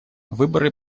выборы